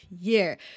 year